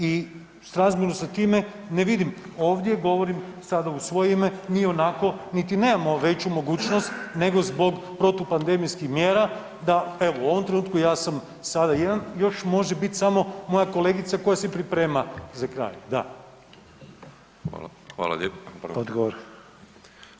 I u srazmjeru sa time ne vidim, ovdje govorim sada u svoje ime, mi ionako niti nemamo veću mogućnost nego zbog protupandemijskih mjera evo u ovom trenutku ja sam sada jedan još može biti samo moja kolegica koja se priprema za kraj, da.